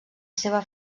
seva